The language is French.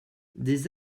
des